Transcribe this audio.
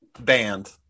band